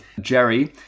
Jerry